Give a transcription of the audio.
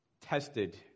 tested